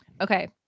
Okay